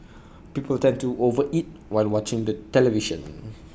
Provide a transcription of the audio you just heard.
people tend to over eat while watching the television